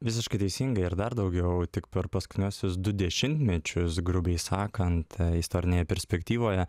visiškai teisingai ir dar daugiau tik per paskutiniuosius du dešimtmečius grubiai sakant istorinėje perspektyvoje